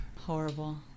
horrible